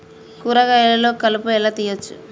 కూరగాయలలో కలుపు ఎలా తీయచ్చు?